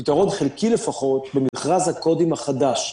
פתרון חלקי לפחות במכרז הקודים החדש,